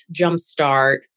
jumpstart